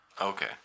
Okay